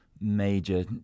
major